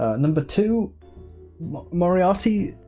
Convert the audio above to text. ah number, two moriarty